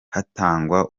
hatangwa